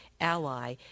Ally